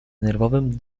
nerwowym